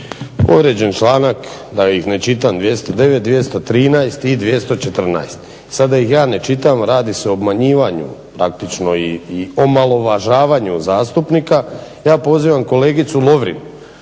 Povrijeđen članak da ih ne čitam, 209., 213. i 214. Sad da ih ja ne čitam, radi se o obmanjivanju, praktično i omalovažavanju zastupnika. Ja pozivam kolegicu Lovrin